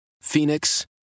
phoenix